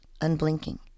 unblinking